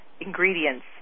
ingredients